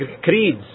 creeds